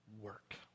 work